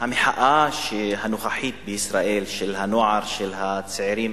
המחאה הנוכחית בישראל של הנוער, של הצעירים,